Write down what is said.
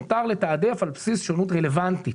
מותר לתעדף על בסיס שונו ת רלוונטית.